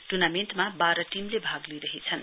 टुर्नामेण्टमा बाह्र टीमले भाग लिइरहेछन्